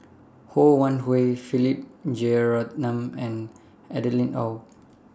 Ho Wan Hui Philip Jeyaretnam and Adeline Ooi